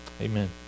Amen